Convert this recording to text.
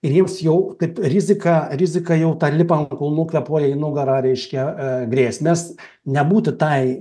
ir jiems jau kaip rizika rizika jau lipa ant kulnų puolė į nugarą reiškia grėsmės nebūtų tai